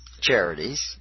charities